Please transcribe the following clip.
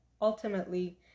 ultimately